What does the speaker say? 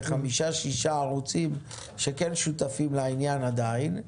חמישה-שישה ערוצים שכן שותפים לעניין עדיין,